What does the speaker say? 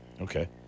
Okay